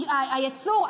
הייצור,